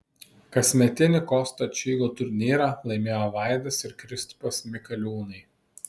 kasmetinį kosto čygo turnyrą laimėjo vaidas ir kristupas mikaliūnai